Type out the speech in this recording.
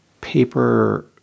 paper